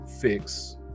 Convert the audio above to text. fix